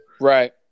Right